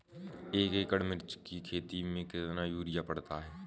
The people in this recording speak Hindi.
एक एकड़ मिर्च की खेती में कितना यूरिया पड़ता है?